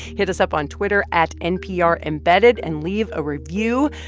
hit us up on twitter at nprembedded, and leave a review.